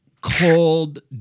cold